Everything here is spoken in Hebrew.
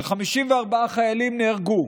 ש-54 חיילים נהרגו,